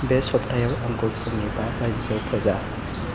बे सप्तायाव आंखौ फुंनि बा बाजियाव फोजा